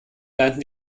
landen